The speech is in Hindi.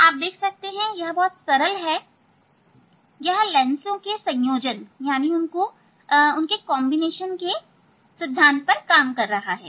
आप देख सकते हैं यह बहुत सरल है यह लेंसों के संयोजन के सिद्धांत पर काम करता है